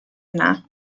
yna